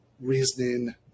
reasoning